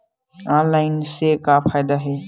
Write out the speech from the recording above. Online से का फ़ायदा हे?